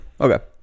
okay